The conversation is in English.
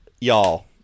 Y'all